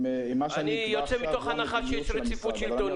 אם מה שאני אקבע עכשיו הוא המדיניות של המשרד.